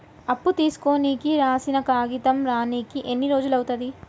అప్పు తీసుకోనికి రాసిన కాగితం రానీకి ఎన్ని రోజులు అవుతది?